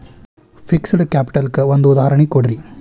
fixed capital ಕ್ಕ ಒಂದ್ ಉದಾಹರ್ಣಿ ಕೊಡ್ರಿ